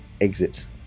exit